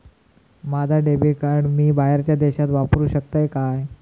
माझा debit card मी बाहेरच्या देशात वापरू शकतय काय?